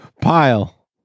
Pile